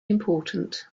important